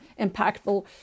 impactful